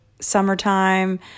summertime